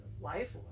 life